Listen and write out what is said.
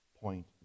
point